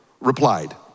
replied